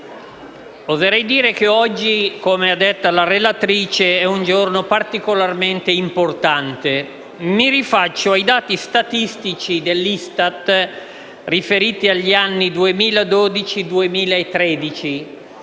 oserei dire che oggi, come ha detto la relatrice, è un giorno particolarmente importante. Mi rifaccio ai dati statistici dell'ISTAT riferiti agli anni 2012-2013,